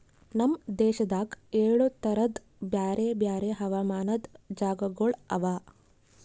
ನಮ್ ದೇಶದಾಗ್ ಏಳು ತರದ್ ಬ್ಯಾರೆ ಬ್ಯಾರೆ ಹವಾಮಾನದ್ ಜಾಗಗೊಳ್ ಅವಾ